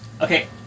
Okay